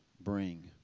bring